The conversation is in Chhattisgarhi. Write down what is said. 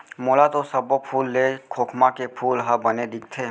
मोला तो सब्बो फूल ले खोखमा के फूल ह बने दिखथे